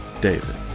David